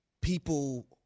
people